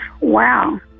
wow